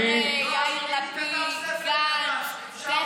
אני, בוא נראה, יאיר לפיד, יועז, ביבי